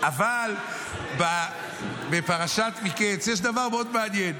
אבל בפרשת מקץ יש דבר מאוד מעניין: